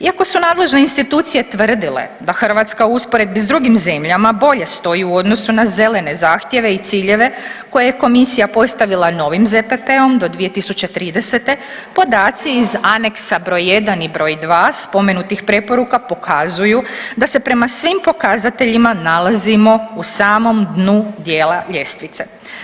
Iako su nadležne institucije tvrdile da Hrvatska u usporedbi s drugim zemljama bolje stoji u odnosu na zelene zahtjeve i ciljeve koje je komisija postavila novim ZPP-om do 2030. podaci iz aneksa broj 1 i broj 2 spomenutih preporuka pokazuju da se prema svim pokazateljima nalazimo u samom dnu dijela ljestvice.